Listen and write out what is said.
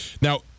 Now